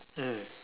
mm